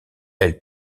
elle